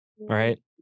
Right